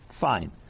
fine